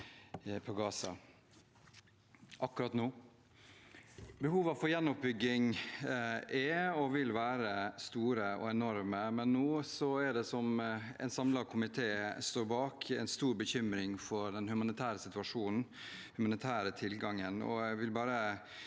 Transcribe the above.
Behovene for gjenoppbygging er og vil være store, ja enorme, men nå er det – som en samlet komité står bak – en stor bekymring for den humanitære situasjonen og den humanitære tilgangen.